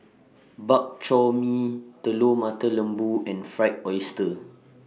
Bak Chor Mee Telur Mata Lembu and Fried Oyster